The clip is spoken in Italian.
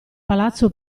palazzo